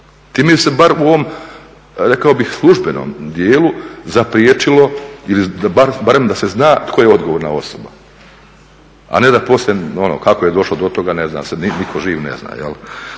Time se barem u ovom rekao bih službenom dijelu zapriječilo ili barem da se zna tko je odgovorna osoba, a ne da poslije ono kako je došlo do toga ne zna se, nitko živ ne zna.